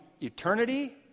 eternity